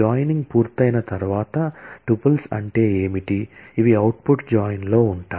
joining పూర్తయిన తర్వాత tuples అంటే ఏమిటి ఇవి అవుట్పుట్ జాయిన్లో ఉంటాయి